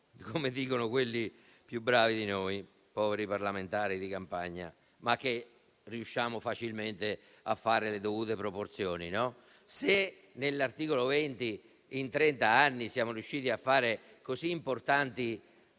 come dicono quelli più bravi di noi, poveri parlamentari di campagna, che però riusciamo facilmente a fare le dovute proporzioni - se all'articolo 20, in trenta anni, siamo riusciti a raggiungere così importanti